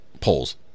polls